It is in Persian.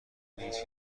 نیست